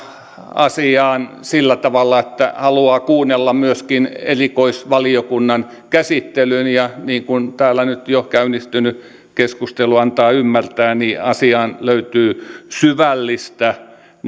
asiaan sillä tavalla että haluaa kuunnella myöskin erikoisvaliokunnan käsittelyn ja niin kuin täällä nyt jo käynnistynyt keskustelu antaa ymmärtää asiaan löytyy syvällistä